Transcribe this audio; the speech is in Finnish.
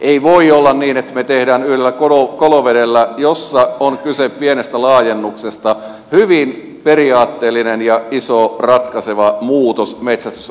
ei voi olla niin että me teemme yhdellä kolovedellä jossa on kyse pienestä laajennuksesta hyvin periaatteellisen ja ison ratkaisevan muutoksen metsästysoikeuteen